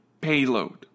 payload